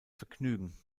vergnügen